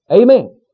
Amen